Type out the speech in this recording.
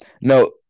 No